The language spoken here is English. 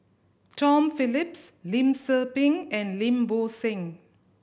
Tom Phillips Lim Tze Peng and Lim Bo Seng